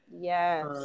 Yes